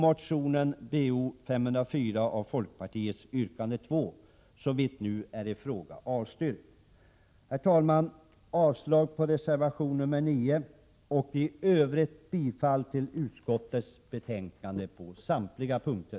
Motion Bo504 av folkpartiet, yrkande 2, såvitt nu är i fråga, avstyrks. Herr talman! Jag yrkar avslag på reservation nr 9 — och bifall till utskottets hemställan på samtliga punkter.